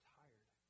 tired